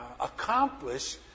accomplish